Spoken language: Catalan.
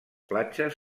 platges